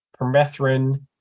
permethrin